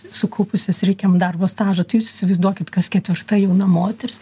sukaupusios reikiamo darbo stažo tai jūs įsivaizduokit kas ketvirta jauna moteris